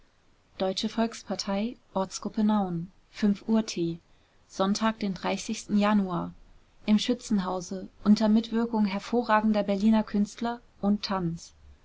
deutsche volkspartei uhr tee sonntag den januar im schützenhause unter mitwirkung hervorragender berliner künstler und tanz